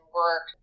work